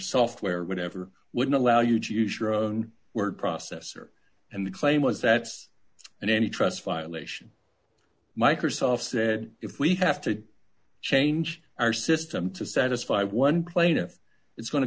software or whatever would allow you to use your own word processor and the claim was that's and any trust violation microsoft's said if we have to change our system to satisfy one plaintiff it's go